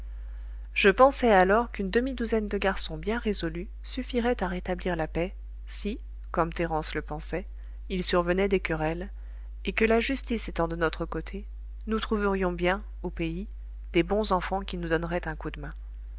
je pensai alors qu'une demi-douzaine de garçons bien résolus suffiraient à rétablir la paix si comme thérence le pensait il survenait des querelles et que la justice étant de notre côté nous trouverions bien au pays des bons enfants qui nous donneraient un coup de main